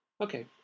Okay